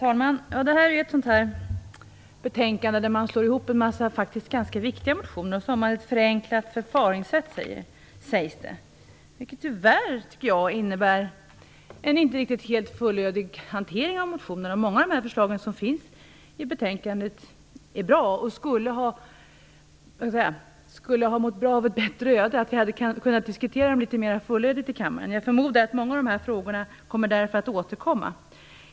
Herr talman! Det här är ett betänkande där man slår ihop en massa faktiskt ganska viktiga motioner och sedan tillämpar ett förenklat förfaringssätt, vilket tyvärr innebär en inte helt fullödig hantering av motionerna. Många av förslagen i betänkandet är bra och skulle ha förtjänat ett bättre öde: att vi hade kunnat diskutera dem litet mer fullödigt i kammaren. Jag förmodar att många av de här frågorna därför kommer att återkomma.